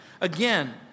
Again